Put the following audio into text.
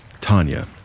Tanya